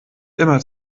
immer